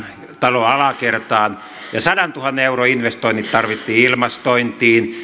talon alakertaan ja sadantuhannen euron investoinnit tarvittiin ilmastointiin